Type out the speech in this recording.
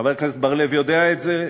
חבר הכנסת בר-לב יודע את זה.